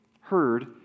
heard